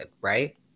right